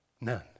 None